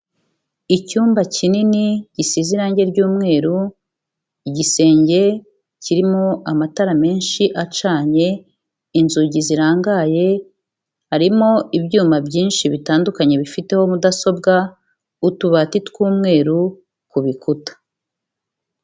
Icyumba kinini, gisize irange ry'umweru, igisenge kirimo amatara menshi acanye, inzugi zirangaye, harimo ibyuma byinshi bitandukanye bifiteho mudasobwa, utubati tw'umweru ku bikuta.